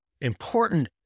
important